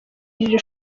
iri